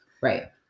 Right